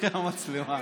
המצלמה.